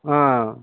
ఆ